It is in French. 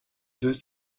deux